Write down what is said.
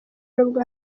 nubwo